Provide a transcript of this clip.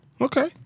Okay